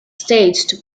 staged